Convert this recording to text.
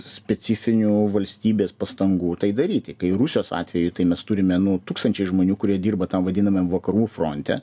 specifinių valstybės pastangų tai daryti kai rusijos atveju tai mes turime nu tūkstančiai žmonių kurie dirba tam vadinamem vakarų fronte